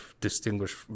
distinguished